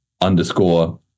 Underscore